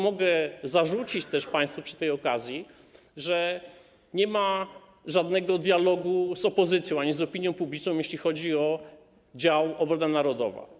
Mogę też państwu zarzucić przy tej okazji, że nie ma żadnego dialogu z opozycją ani z opinią publiczną, jeśli chodzi o dział: Obrona narodowa.